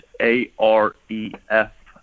A-R-E-F